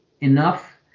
enough